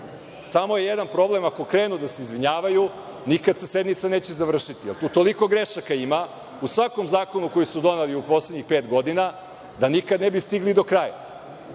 Samo je jedan problem – ako krenu da se izvinjavaju, nikad se sednica neće završiti, jer tu toliko grešaka ima, u svakom zakonu koji su doneli u poslednjih pet godina, da nikad ne bi stigli do kraja. Tako